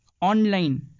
online